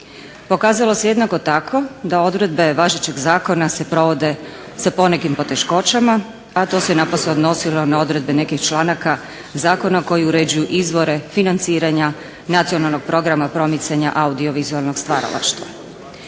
Pokazalo se jednako tako da odredbe važećeg zakona se provode sa ponekim poteškoćama, a to se napose odnosilo na odredbe nekih članaka zakona koji uređuju izvore financiranja Nacionalnog programa promicanja audiovizualnog stvaralaštva.